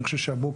אני חושב שהבוקר,